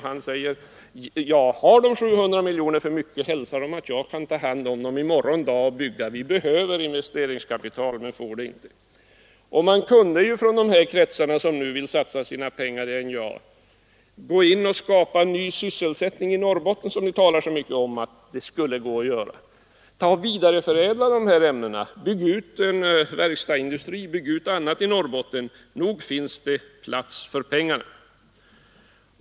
Han sade: Har de 700 miljoner för mycket, så hälsa dem att jag kan ta hand om dem i morgon dag. Vi behöver investeringskapital men får det inte. De kretsar som nu vill satsa sina pengar i NJA kunde ju gå in och skapa ny sysselsättning i Norrbotten — ni talar ju så mycket om att det skulle vara möjligt att göra det. Ta och vidareförädla de här produkterna! Bygg ut t.ex. en verkstadsindustri i Norrbotten! Nog finns det användning för pengarna.